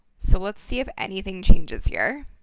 so, let's see if anything changes here.